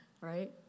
right